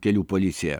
kelių policija